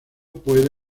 pude